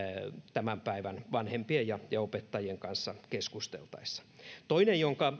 tämän päivän vanhempien ja ja opettajien kanssa keskusteltaessa arvoisa puhemies toinen jonka